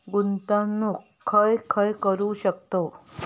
गुंतवणूक खय खय करू शकतव?